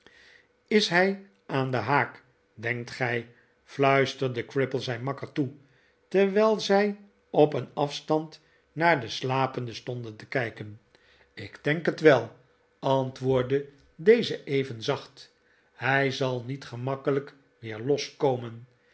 is hij aan den haak denkt gij fluisterde crimple zijn makker toe terwijl zij op een afstand naar den slapende stonden te kijken ik denk het wel antwoordde deze even zacht hij zal niet gemakkelijk weer